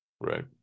right